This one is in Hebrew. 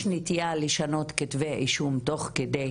יש נטיה לשנות כתבי אישום תוך כדי